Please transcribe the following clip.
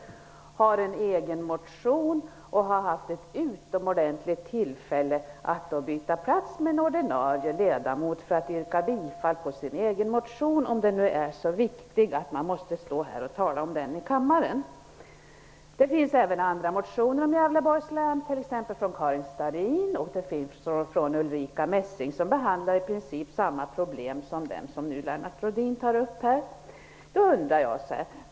Han har en egen motion, och han har haft ett utomordentligt tillfälle att byta plats med en ordinarie ledamot för att kunna yrka bifall till sin egen motion -- om den nu är så viktig att man behöver tala om den här i kammaren. Det finns även andra motioner om Messing. Dessa motioner behandlar i princip samma problem som dem som Lennart Rohdin talar om här.